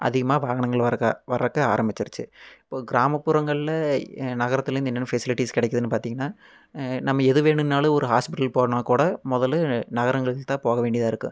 அதிகமாக வாகனங்கள் வரக்கா வரக்கு ஆரமிச்சிருச்சு இப்போ கிராமப்புறங்களில் நகரத்துலேந்து என்னென்ன ஃபெசிலிட்டிஸ் கிடைக்கிதுன்னு பார்த்திங்கன்னா நம்ம எது வேணுன்னாலும் ஒரு ஹாஸ்பிட்டல் போகறோன்னா கூட முதல்ல நகரங்களுக்கு தான் போக வேண்டியதாக இருக்கு